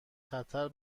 خطری